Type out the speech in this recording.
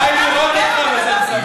די לראות אותך וזה משמח.